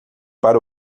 para